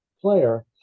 player